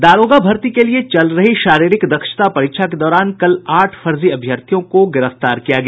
दारोगा भर्ती के लिए चल रही शारीरिक दक्षता परीक्षा के दौरान कल आठ फर्जी अभ्यर्थियों को गिरफ्तार किया गया